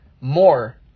more